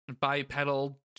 bipedal